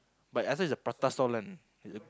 but is the prata stall one is the